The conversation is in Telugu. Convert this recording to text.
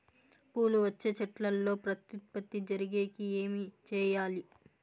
పూలు వచ్చే చెట్లల్లో ప్రత్యుత్పత్తి జరిగేకి ఏమి చేయాలి?